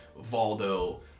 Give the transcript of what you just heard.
Valdo